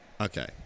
Okay